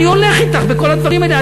אני הולך אתך בכל הדברים האלה.